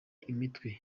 imitwe